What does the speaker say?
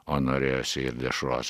o norėjosi ir dešros